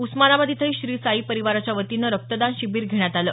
उस्मानाबाद इथंही श्री साई परिवाराच्या वतीनं रक्तदान शिबिर घेण्यात आलं